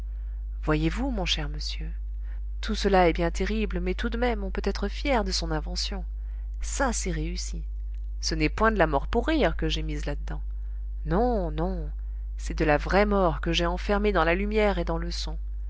voyez-vous mon cher monsieur tout cela est bien terrible mais tout de même on peut être fier de son invention ça c'est réussi ce n'est point de la mort pour rire que j'ai mise là-dedans non non c'est de la vraie mort que j'ai enfermée dans la lumière et dans le son